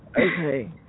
Okay